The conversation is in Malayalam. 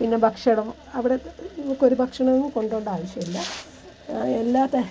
പിന്നെ ഭക്ഷണം അവിടെ നമുക്ക് ഒരു ഭക്ഷണവും കൊണ്ടുപോകേണ്ട ആവശ്യമില്ല എല്ലാതര